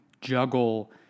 juggle